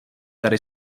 tady